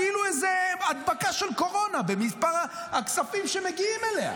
כאילו איזו הדבקה של קורונה בכספים שמגיעים אליה.